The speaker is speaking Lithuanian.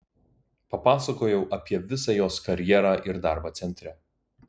papasakojau apie visą jos karjerą ir darbą centre